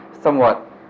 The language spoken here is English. somewhat